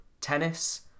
tennis